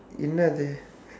என்னாது:ennaathu